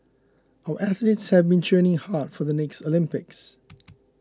our athletes have been training hard for the next Olympics